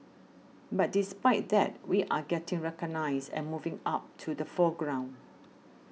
but despite that we are getting recognised and moving up to the forefront